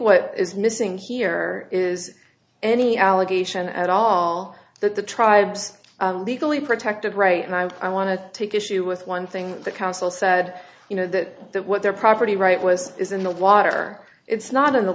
what is missing here is any allegation at all that the tribes legally protected right and i want to take issue with one thing the council said you know that that what their property rights was is in the water it's not in the